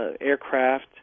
aircraft